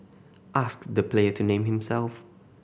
ask the player to name himself